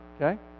Okay